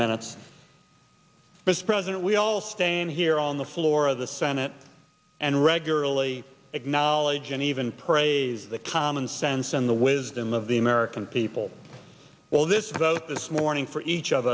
first president we all stand here on the floor of the senate and regularly acknowledge and even praise the common sense and the wisdom of the american people well this vote this morning for each of